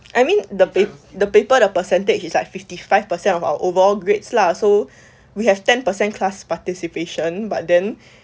I mean the the paper the percentage is like fifty five percent of our overall grades lah so we have ten percent class participation but then